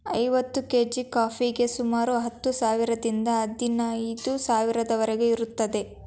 ಐವತ್ತು ಕೇಜಿ ಕಾಫಿಗೆ ಸುಮಾರು ಹತ್ತು ಸಾವಿರದಿಂದ ಹದಿನೈದು ಸಾವಿರದವರಿಗೂ ಇರುತ್ತದೆ